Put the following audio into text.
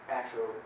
actual